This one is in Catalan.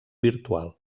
virtual